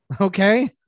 okay